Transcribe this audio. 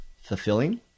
fulfilling